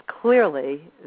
clearly